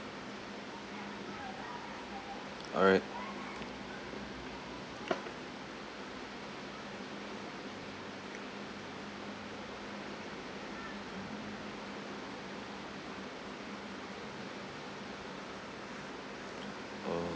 alright uh